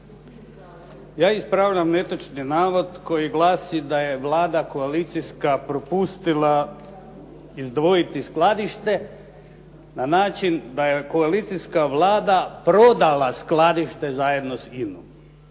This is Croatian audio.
Ja ispravljam netočni navod koji glasi da je Vlada koalicijska propustila izdvojiti skladište na način da je koalicijska Vlada prodala skladište zajedno s INA-om.